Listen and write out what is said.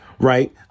Right